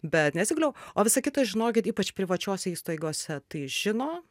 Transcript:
bet nesiguliau o visa kita žinokit ypač privačiose įstaigose tai žino